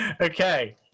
Okay